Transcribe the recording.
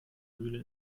mühle